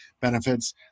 benefits